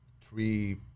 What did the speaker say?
three